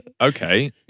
okay